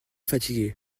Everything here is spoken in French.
fatigué